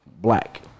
black